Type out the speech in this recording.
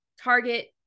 target